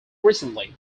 recently